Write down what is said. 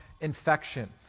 infection